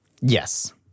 Yes